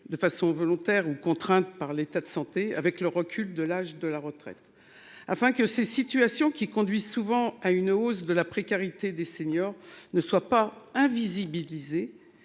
de façon volontaire ou contrainte par l'état de santé. Avec le recul de l'âge de la retraite afin que ces situations qui conduit souvent à une hausse de la précarité des seniors ne soit pas invisibiliser.